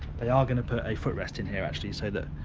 they are going to put a footrest in here actually so that